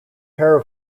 pair